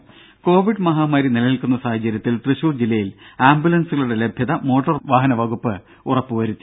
രും കോവിഡ് മഹാമാരി നിലനിൽക്കുന്ന സാഹചര്യത്തിൽ തൃശൂർ ജില്ലയിൽ ആംബുലൻസുകളുടെ ലഭ്യത മോട്ടോർ വാഹനവകുപ്പ് ഉറപ്പ് വരുത്തി